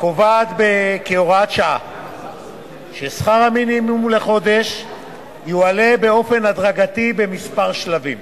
קובעת כהוראת שעה ששכר המינימום לחודש יועלה באופן הדרגתי בכמה שלבים.